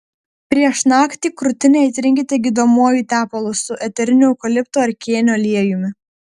prieš naktį krūtinę įtrinkite gydomuoju tepalu su eteriniu eukaliptų ar kėnių aliejumi